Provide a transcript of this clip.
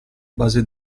base